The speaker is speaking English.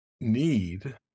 need